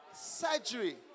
Surgery